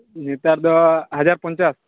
ᱱᱮᱛᱟᱨ ᱫᱚ ᱦᱟᱡᱟᱨ ᱯᱚᱧᱪᱟᱥ